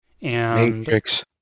Matrix